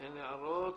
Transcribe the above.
אין הערות.